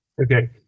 okay